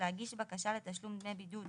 להגיש בקשה לתשלום דמי בידוד